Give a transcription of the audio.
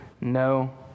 No